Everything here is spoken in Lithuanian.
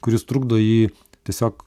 kuris trukdo jį tiesiog